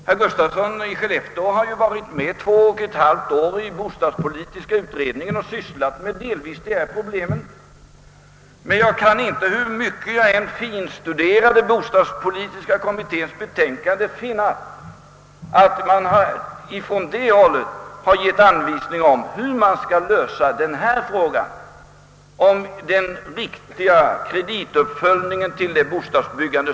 Herr Gustafsson i Skellefteå har ju under två och ett halvt år deltagit i bostadspolitiska kommitténs arbete och där delvis sysslat med dessa problem. Men hur mycket jag än finstuderat kommitténs betänkande kan jag inte finna att han har lämnat anvisning om hur man skall lösa frågan om den viktiga kredituppföljningen till bostadsbyggandet.